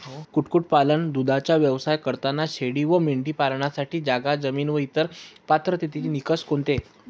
कुक्कुटपालन, दूधाचा व्यवसाय करताना शेळी व मेंढी पालनासाठी जागा, जमीन व इतर पात्रतेचे निकष कोणते?